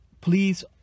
please